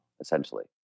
essentially